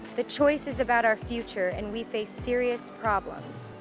the choice is about our future, and we face serious problems.